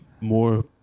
more